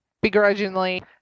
begrudgingly